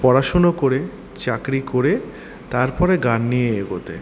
পড়াশুনো করে চাকরি করে তার পরে গান নিয়ে এগোতে